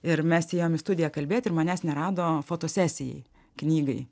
ir mesti įėjom į studiją kalbėt ir manęs nerado fotosesijai knygai